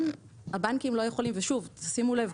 שימו לב,